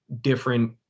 different